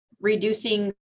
reducing